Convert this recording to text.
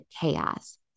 chaos